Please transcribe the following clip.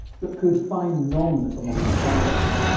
but could find none among the farmers.